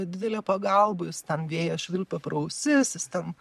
didelė pagalba jis ten vėjas švilpia pro ausis jis ten